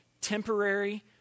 temporary